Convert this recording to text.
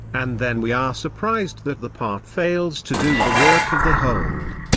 and then we are surprised that the part fails to do the work of the whole.